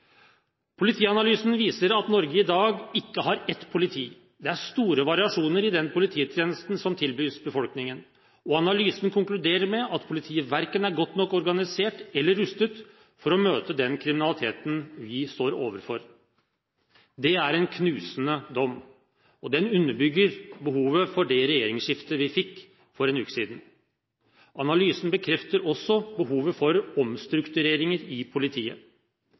Politianalysen viser at Norge i dag ikke har ett politi. Det er store variasjoner i den polititjenesten som tilbys befolkningen. Analysen konkluderer med at politiet verken er godt nok organisert eller rustet for å møte den kriminaliteten vi står overfor. Det er en knusende dom. Den underbygger behovet for det regjeringsskiftet vi fikk for en uke siden. Analysen bekrefter også behovet for omstruktureringer i politiet.